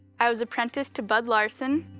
i was apprentice to bud larson.